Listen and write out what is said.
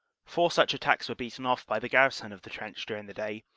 four such attacks were beaten off by the gar rison of the trench during the day,